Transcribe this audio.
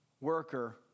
worker